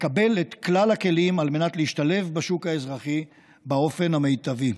קיבל את כלל הכלים על מנת להשתלב בשוק האזרחי באופן המיטבי,